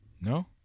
No